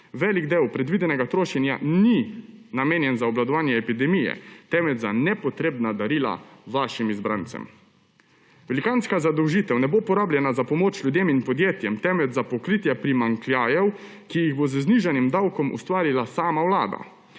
Velik del predvidenega trošenja ni namenjen za obvladovanje epidemije, temveč za nepotrebna darila vašim izbrancem. Velikanska zadolžitev ne bo porabljena za pomoč ljudem in podjetjem, temveč za pokritje primanjkljajev, ki jih bo z znižanjem davkov ustvarila sama Vlada.